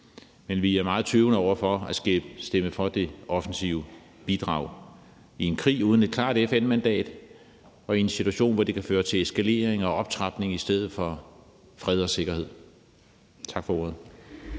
men vi er meget tøvende over for at stemme for det offensive bidrag i en krig uden et klart FN-mandat og i en situation, hvor det kan føre til eskalering og optrapning i stedet for fred og sikkerhed. Tak for ordet.